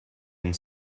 and